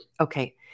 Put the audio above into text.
Okay